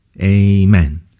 Amen